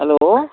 hello